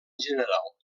general